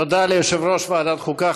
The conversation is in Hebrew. תודה ליושב-ראש ועדת החוקה,